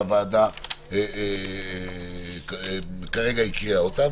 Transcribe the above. שהוועדה כרגע הקריאה אותה.